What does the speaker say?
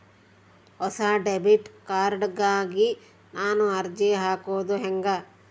ಹೊಸ debit card ಗಾಗಿ ನಾನು ಅರ್ಜಿ ಹಾಕೊದು ಹೆಂಗ?